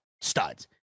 studs